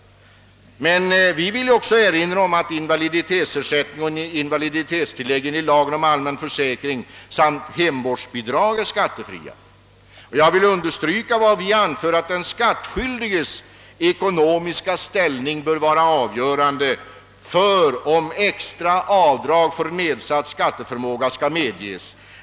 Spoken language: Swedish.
Man bör inte heller glömma att invaliditetsersättning och invaliditetstillägg enligt lagen om allmän försäkring samt hemortsbidrag är skattefria. Jag vill vidare understryka vad vi anfört om att den skattskyldiges ekonomiska ställning bör vara avgörande för frågan om extra avdrag för nedsatt skatteförmåga skall medges.